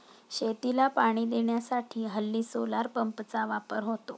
शेतीला पाणी देण्यासाठी हल्ली सोलार पंपचा वापर होतो